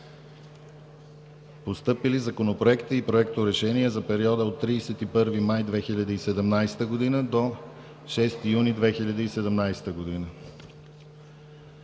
постъпили законопроекти и проекторешения за периода от 31 май 2017 г. до 6 юни 2017 г.: На